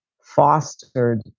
fostered